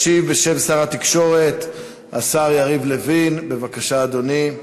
ישיב בשם שר התקשורת השר יריב לוין, בבקשה, אדוני.